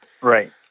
right